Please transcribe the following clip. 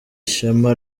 ishema